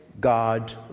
God